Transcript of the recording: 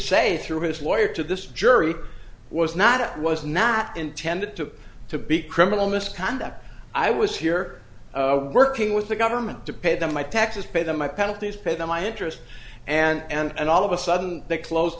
say through his lawyer to this jury was not it was not intended to to be criminal misconduct i was here working with the government to pay them my taxes pay them my penalties pay them my interest and all of a sudden they closed